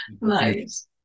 Nice